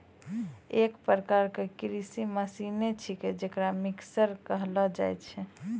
एक प्रकार क कृषि मसीने छिकै जेकरा मिक्सर कहलो जाय छै